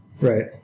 Right